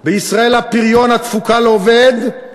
בישראל, הפריון, התפוקה לעובד,